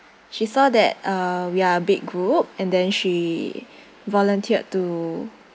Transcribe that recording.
she saw that uh we are big group and then she volunteered to